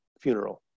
funeral